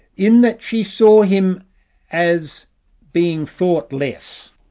in that she saw him as being thought less,